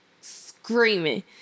screaming